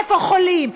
איפה חולים?